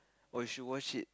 oh you should watch it